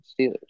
Steelers